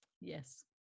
yes